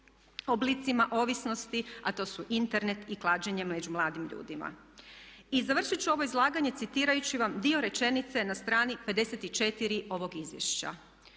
oblicima ovisnosti, a to su Internet i klađenje među mladim ljudima. I završit ću ovo izlaganje citirajući vam dio rečenice na strani 54. ovog izvješća: